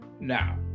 Now